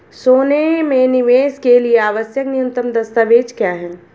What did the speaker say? सोने में निवेश के लिए आवश्यक न्यूनतम दस्तावेज़ क्या हैं?